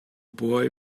boy